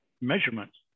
measurements